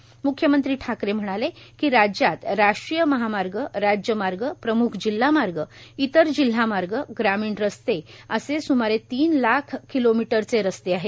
म्ख्यमंत्री ठाकरे म्हणाले की राज्यात राष्ट्रीय महामार्ग राज्य मार्ग प्रम्ख जिल्हा मार्ग इतर जिल्हा मार्ग ग्रामीण रस्ते असे सुमारे तीन लाख किमीचे रस्ते आहेत